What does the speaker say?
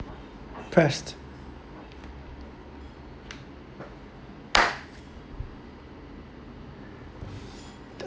pressed